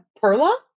Perla